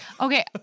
Okay